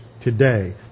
today